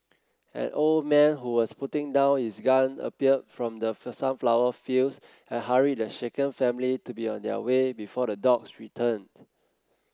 an old man who was putting down his gun appeared from the sunflower fields and hurried the shaken family to be on their way before the dogs return